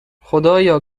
خدایا